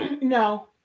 No